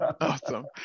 Awesome